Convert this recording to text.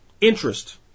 Interest